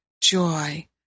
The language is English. joy